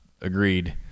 agreed